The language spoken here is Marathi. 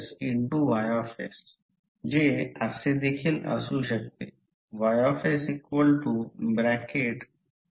फ्रिंजिंग इफेक्ट कोर फ्लक्स पॅटर्नला गॅप जवळच्या काही खोलीपर्यंत डिस्टर्ब करतो